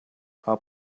are